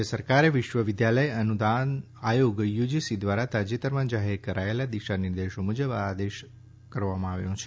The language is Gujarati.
રાજય સરકારે વિશ્વ વિદ્યાલય અનુદાન આયોગ યુજીસી ધ્વારા તાજેતરમાં જાહેર કરાયેલા દિશા નિર્દેશો મુજબ આ આદેશ કરવામાં આવ્યો છે